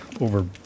over